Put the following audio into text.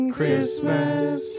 Christmas